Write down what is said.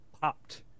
popped